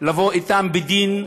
להביא אותם לדין,